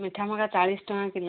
ମିଠା ମକା ଚାଳିଶ ଟଙ୍କା କିଲୋ